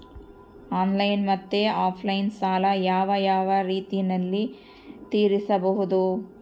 Online ಮತ್ತೆ offline ಸಾಲ ಯಾವ ಯಾವ ರೇತಿನಲ್ಲಿ ತೇರಿಸಬಹುದು?